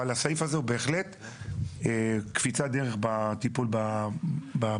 הסעיף הזה הוא בהחלט קפיצת דרך בטיפול בפשיעה.